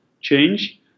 change